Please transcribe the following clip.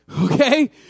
Okay